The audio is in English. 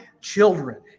children